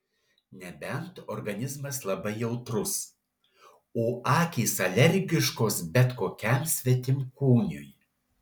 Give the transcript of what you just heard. nebent organizmas labai jautrus o akys alergiškos bet kokiam svetimkūniui